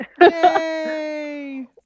Yay